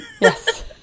Yes